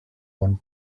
one